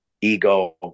ego